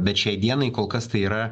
bet šiai dienai kol kas tai yra